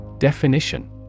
Definition